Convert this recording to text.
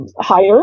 higher